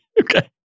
Okay